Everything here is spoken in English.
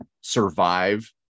survive